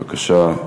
בבקשה.